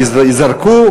ייזרקו?